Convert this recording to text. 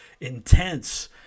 intense